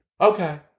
Okay